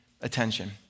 attention